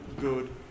good